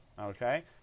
Okay